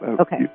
Okay